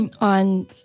on